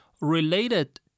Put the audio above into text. related